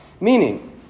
meaning